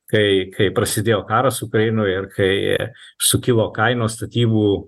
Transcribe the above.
kai kai prasidėjo karas ukrainoj ir kai sukilo kainos statybų